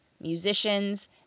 musicians